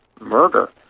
murder